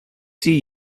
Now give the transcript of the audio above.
see